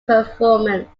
performance